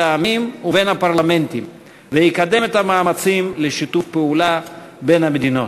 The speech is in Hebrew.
העמים ובין הפרלמנטים ויקדם את המאמצים לשיתוף פעולה בין המדינות.